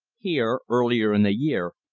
here, earlier in the year,